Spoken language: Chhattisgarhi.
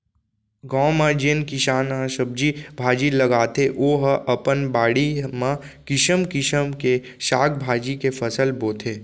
गाँव म जेन किसान ह सब्जी भाजी लगाथे ओ ह अपन बाड़ी म किसम किसम के साग भाजी के फसल बोथे